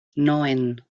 neun